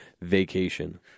vacation